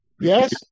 yes